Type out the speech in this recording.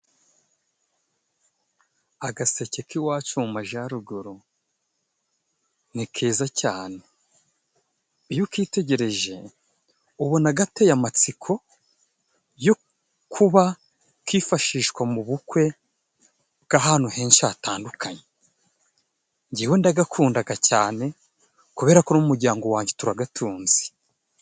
Agaseke k'iwacu mu majaruguru ni keza cyane. Iyo ukitegereje, ubona gateye amatsiko yo kuba kifashishwa mu bukwe bw'ahantu henshi hatandukanye. Jjyewe ndagakundaga cyane, kubera ko n'umujyango wanjye turagatunze.